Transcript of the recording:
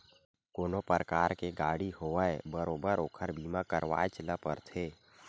कोनो परकार के गाड़ी होवय बरोबर ओखर बीमा करवायच ल परथे